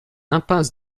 impasse